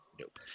Nope